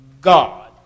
God